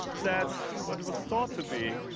that's what it was thought to be,